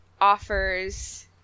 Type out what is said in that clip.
offers